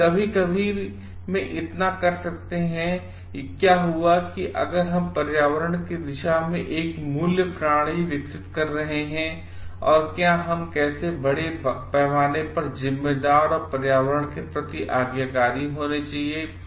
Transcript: लेकिन कभी कभी में यह इतना कर सकते हैंक्या हुआकी तरह अगर हम पर्यावरण की दिशा में एक मूल्य प्रणाली विकसित नहीं कर रहे हैं और हम कैसे बड़े पैमाने पर जिम्मेदार और पर्यावरण के प्रति आज्ञाकारी होना चाहिए